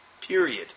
Period